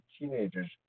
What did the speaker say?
teenagers